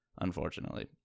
unfortunately